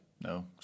No